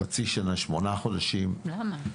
חצי שנה, שמונה חודשים -- למה?